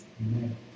Amen